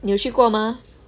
你有去过吗